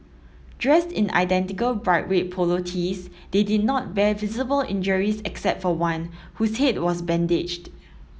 dressed in identical bright red polo tees they did not bear visible injuries except for one whose head was bandaged